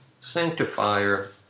Sanctifier